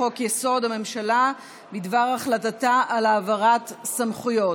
לחוק-יסוד: הממשלה בדבר החלטתה על העברת סמכויות.